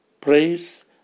Praise